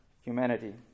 humanity